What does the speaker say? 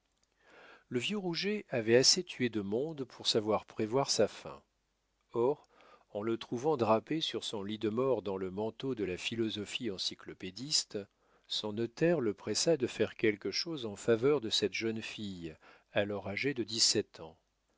le vieux rouget avait assez tué de monde pour savoir prévoir sa fin or en le trouvant drapé sur son lit de mort dans le manteau de la philosophie encyclopédiste son notaire le pressa de faire quelque chose en faveur de cette jeune fille alors âgée de dix-sept ans